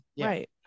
Right